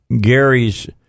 gary's